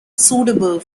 suitable